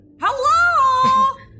Hello